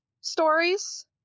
stories